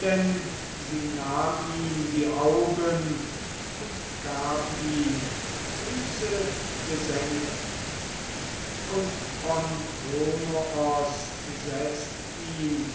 denn sie nahm ihm die augen und gab ihm süße gesänge und pontonoos setzt ihm